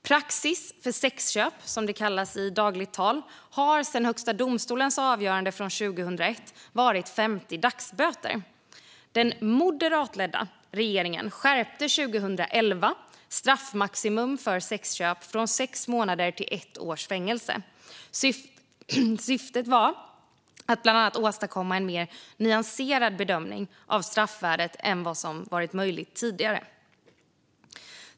Praxis för sexköp, som det kallas i dagligt tal, har sedan Högsta domstolens avgörande från 2001 varit 50 dagsböter. Den moderatledda regeringen skärpte 2011 straffmaximum för sexköp från sex månader till ett års fängelse. Syftet var bland annat att åstadkomma en mer nyanserad bedömning av straffvärdet än vad som varit möjligt tidigare.